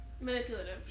Manipulative